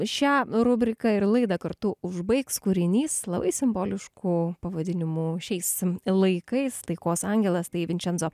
šią rubriką ir laidą kartu užbaigs kūrinys labai simbolišku pavadinimu šiais laikais taikos angelas tai vinčenzo